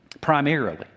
primarily